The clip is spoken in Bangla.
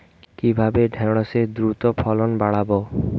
কিভাবে ঢেঁড়সের দ্রুত ফলন বাড়াব?